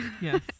Yes